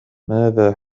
ماذا